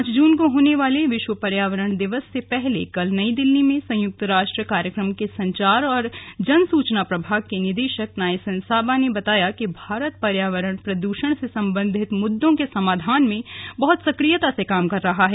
पांच जुन को होने वाले विश्व पर्यावरण दिवस से पहले कल नई दिल्ली में संयक्त राष्ट्र कार्यक्रम के संचार और जन सुचना प्रभाग के निदेशक नायसन साबा ने बताया कि भारत पर्यावरण प्रद्षण से संबंधित मुद्दों के समाधान में बहत सक्रियता से काम कर रहा है